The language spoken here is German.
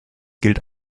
gilt